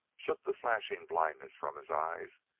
shook the flashing blindness from his eyes,